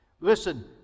Listen